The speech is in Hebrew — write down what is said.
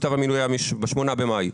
כתב המינוי היה ב-8 במאי.